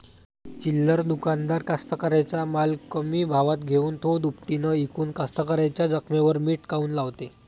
चिल्लर दुकानदार कास्तकाराइच्या माल कमी भावात घेऊन थो दुपटीनं इकून कास्तकाराइच्या जखमेवर मीठ काऊन लावते?